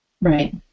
Right